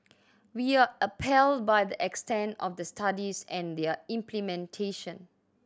we are appalled by the extent of the studies and their implementation